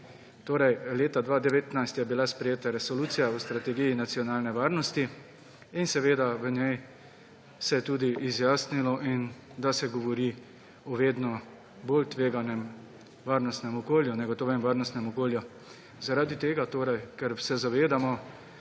gre. Leta 2019 je bila sprejeta Resolucija o strategiji nacionalne varnosti in v njej se je tudi izjasnilo, da se govori o vedno bolj tveganem varnostnem okolju, negotovem varnostnem okolju. Zaradi tega torej, ker se zavedamo,